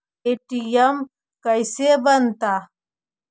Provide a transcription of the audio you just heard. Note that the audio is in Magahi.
ए.टी.एम कैसे बनता?